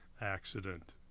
accident